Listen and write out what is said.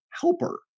helper